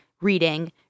reading